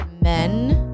men